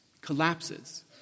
collapses